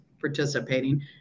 participating